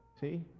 See